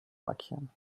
markieren